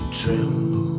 Tremble